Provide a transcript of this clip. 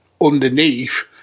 underneath